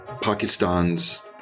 Pakistan's